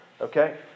okay